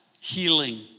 healing